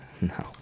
No